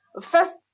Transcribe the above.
First